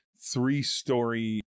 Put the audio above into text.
three-story